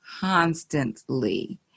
constantly